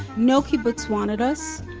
no kibbutz wanted us.